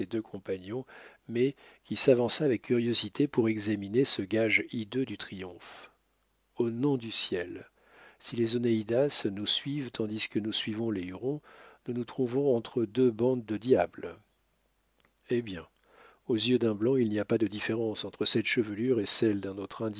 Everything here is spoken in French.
deux compagnons mais qui s'avança avec curiosité pour examiner ce gage hideux du triomphe au nom du ciel si les onéidas nous suivent tandis que nous suivons les hurons nous nous trouverons entre deux bandes de diables eh bien aux yeux d'un blanc il n'y a pas de différence entre cette chevelure et celle d'un